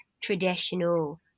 traditional